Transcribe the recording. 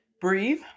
breathe